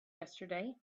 yesterday